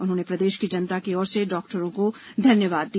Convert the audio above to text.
उन्होंने प्रदेश की जनता की ओर से डॉक्टरों को धन्यवाद दिया